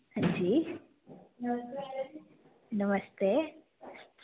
हां जी नमस्ते मैडम जी नमस्ते